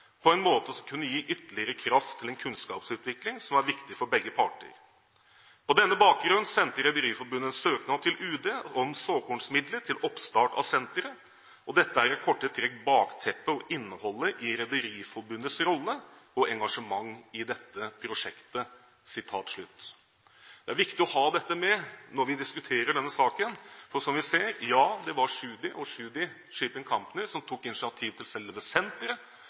på en måte som kunne gi ytterligere kraft til en kunnskapsutvikling som er viktig for begge parter. På denne bakgrunn sendte Rederiforbundet en søknad til UD om såkornmidler til oppstart av senteret. Dette er i korte trekk bakteppet og innholdet i Rederiforbundets rolle og engasjement i dette prosjektet.» Det er viktig å ha dette med når vi diskuterer denne saken, for – som vi ser – ja, det var Tschudi og Tschudi Shipping Company som tok initiativ til selve senteret,